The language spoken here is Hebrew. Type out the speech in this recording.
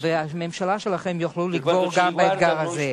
והממשלה שלכם תוכלו לגבור גם על האתגר הזה.